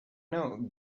know